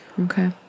Okay